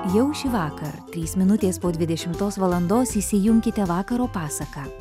jau šįvakar trys minutės po dvidešimtos valandos įsijunkite vakaro pasaką